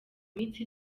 minsi